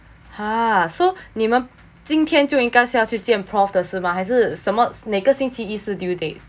!huh! so 你们今天就应该是要去见 prof 的是吗还是什么哪个星期一是 shi due date